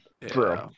True